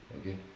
Okay